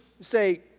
say